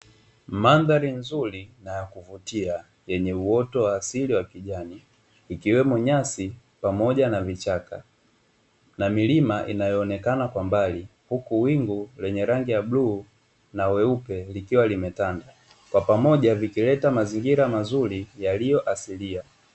Mandhari nzuri na ya kuvutia yenye uoto wa asili wa kijani ikiwemo nyasi pamoja na vichaka na milima inayoonekana kwa mbali, huku wingu lenye rangi ya bluu na weupe likiwa limetanda kwa pamoja vikileta mazingira mazuri yaliyoasilia.